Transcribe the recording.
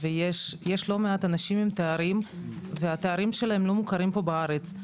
יש לא מעט אנשים עם תארים והתארים שלהם לא מוכרים כאן בארץ.